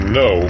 no